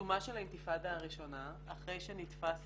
בעיצומה של האינתיפאדה הראשונה, אחרי שנתפס